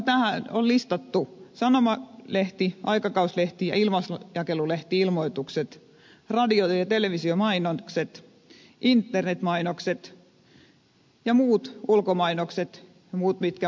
tähän on listattu sanomalehti aikakausilehti ja ilmaisjakelulehti ilmoitukset radio ja televisiomainokset internetmainokset ja muut ulkomainokset ja muut jotka maksetaan oman vaalityöryhmän kautta